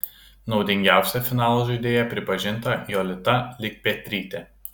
naudingiausia finalo žaidėja pripažinta jolita likpetrytė